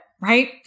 Right